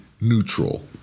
neutral